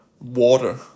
water